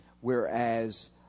whereas